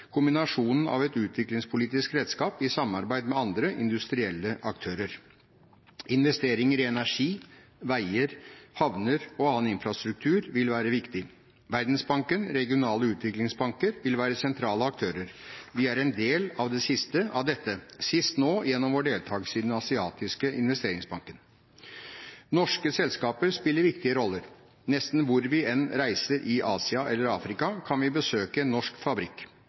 kombinasjonen av et utviklingspolitisk redskap i samarbeid med andre industrielle aktører. Investeringer i energi, veier, havner og annen infrastruktur vil være viktig. Verdensbanken og regionale utviklingsbanker vil være sentrale aktører. Vi er en del av dette, sist nå gjennom vår deltakelse i den asiatiske investeringsbanken. Norske selskaper spiller viktige roller. Nesten hvor vi enn reiser i Asia eller Afrika, kan vi besøke en norsk fabrikk